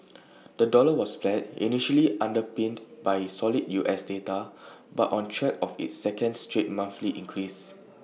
the dollar was flat initially underpinned by solid U S data but on track of its second straight monthly increase